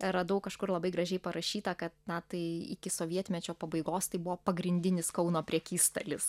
radau kažkur labai gražiai parašyta kad na tai iki sovietmečio pabaigos tai buvo pagrindinis kauno prekystalis